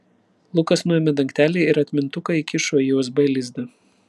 lukas nuėmė dangtelį ir atmintuką įkišo į usb lizdą